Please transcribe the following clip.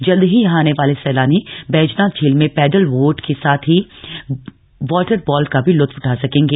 जल्द ही यहां आने वाले सैलानी बैजनाथ झील में पैडल वोट के साथ ही वॉटर बाल का भी लूत्फ उठा सकेंगे